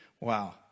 Wow